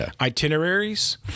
itineraries